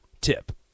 tip